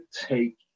take